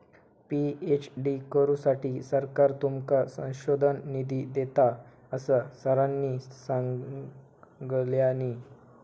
PhD करुसाठी सरकार तुमका संशोधन निधी देता, असा सरांनी सांगल्यानी